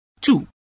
Two